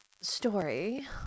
story